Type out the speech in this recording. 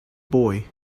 boy